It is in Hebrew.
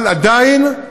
אבל עדיין,